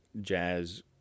jazz